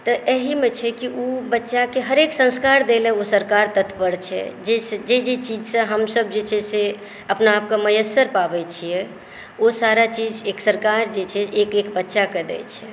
तऽ एहिमे छै कि ओ बच्चाकेँ हरेक संस्कार दै लेल ओ सरकार तत्पर छै जे जे चीजसँ हमसभ जे छै से अपना आपकेँ मयस्सर करय पाबै छियै ओ सारा चीज एक सरकार जे छै एक एक बच्चाकेँ दै छै